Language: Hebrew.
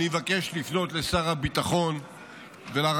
אני מבקש לפנות לשר הביטחון ולרמטכ"ל,